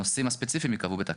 הנושאים הספציפיים ייקבעו בתקנות.